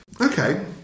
Okay